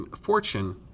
fortune